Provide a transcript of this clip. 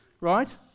right